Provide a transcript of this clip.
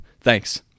Thanks